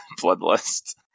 bloodlust